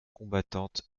combattantes